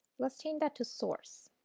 let's change that to source.